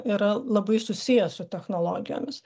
yra labai susijęs su technologijomis